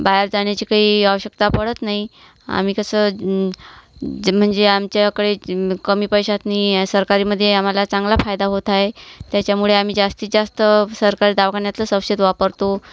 बाहेर जाण्याची काही आवश्यकता पडत नाही आम्ही कसं जे म्हणजे आमच्याकडे कमी पैशातनी या सरकारीमध्ये आम्हाला चांगला फायदा होत आहे त्याच्यामुळे आम्ही जास्तीत जास्त सरकारी दवाखान्यातच औषध वापरतो